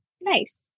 nice